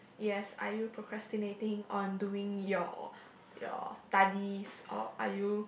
yes are you procrastinating on doing your your studies or are you